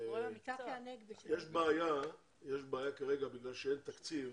יש בעיה כרגע בגלל שאין תקציב.